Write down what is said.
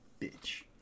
bitch